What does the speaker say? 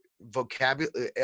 vocabulary